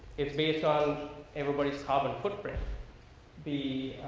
if me, so everybody's carbon footprint be,